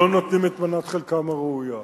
לא נותנים את מנת חלקם הראויה.